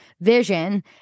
vision